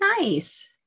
nice